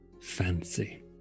fancy